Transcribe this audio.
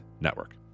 Network